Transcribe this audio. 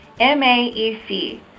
MAEC